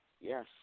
yes